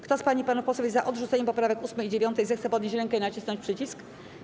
Kto z pań i panów posłów jest za odrzuceniem poprawek 8. i 9., zechce podnieść rękę i nacisnąć przycisk.